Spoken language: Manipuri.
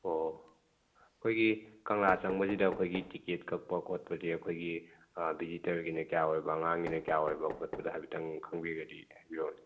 ꯑꯣꯍ ꯑꯩꯈꯣꯏꯒꯤ ꯀꯪꯂꯥ ꯆꯪꯕꯁꯤꯗ ꯑꯩꯈꯣꯏꯒꯤ ꯇꯤꯀꯦꯠ ꯀꯛꯄ ꯈꯣꯠꯄꯁꯦ ꯑꯩꯈꯣꯏꯒꯤ ꯕꯤꯖꯤꯇꯔꯒꯤꯅ ꯀꯌꯥ ꯑꯣꯏꯕ ꯑꯉꯥꯡꯒꯤꯅ ꯀꯌꯥ ꯑꯣꯏꯕ ꯈꯣꯠꯄꯗꯣ ꯍꯥꯏꯐꯦꯠꯇꯪ ꯈꯪꯕꯤꯔꯒꯗꯤ ꯍꯥꯏꯕꯤꯔꯛꯑꯣꯅꯦ